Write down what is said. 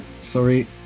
Sorry